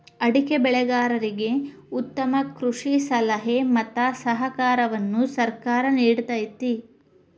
ಅಡಿಕೆ ಬೆಳೆಗಾರರಿಗೆ ಉತ್ತಮ ಕೃಷಿ ಸಲಹೆ ಮತ್ತ ಸಹಕಾರವನ್ನು ಸರ್ಕಾರ ನಿಡತೈತಿ